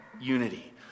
unity